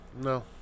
No